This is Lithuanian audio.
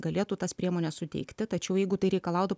galėtų tas priemones suteikti tačiau jeigu tai reikalautų